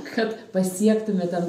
kad pasiektume ten